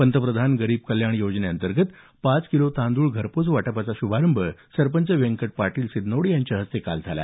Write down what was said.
पंतप्रधान गरीब कल्याण योजनेअंतर्गत पाच किलो तांदूळ घरपोच वाटपाचा श्भारंभ सरपंच व्यंकट पाटील सिद्धनोड यांच्या हस्ते काल झाला